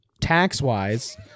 tax-wise